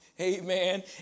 amen